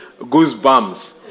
goosebumps